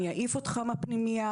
אני אעיף אותך מהפנימייה.